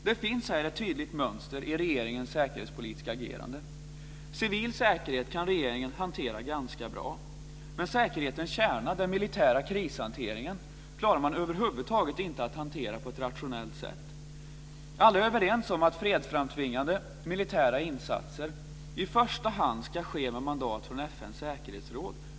Det finns ett tydligt mönster i regeringens säkerhetspolitiska agerande. Civil säkerhet kan regeringen hantera ganska bra, men säkerhetens kärna, den militära krishanteringen, klarar man över huvud taget inte att hantera på ett rationellt sätt. Alla är överens om att fredsframtvingande militära insatser i första hand ska ske med mandat från FN:s säkerhetsråd.